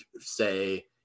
say